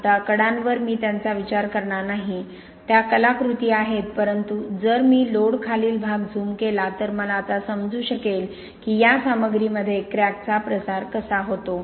आता कडांवर मी त्यांचा विचार करणार नाही त्या कलाकृती आहेत परंतु जर मी लोडखालील भाग झूम केला तर मला आता समजू शकेल की या सामग्रीमध्ये क्रॅकचा प्रसार कसा होतो